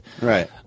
right